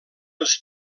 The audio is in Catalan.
els